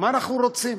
מה אנחנו רוצים?